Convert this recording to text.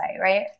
right